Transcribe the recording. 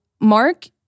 Mark